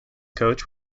coach